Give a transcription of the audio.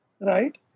right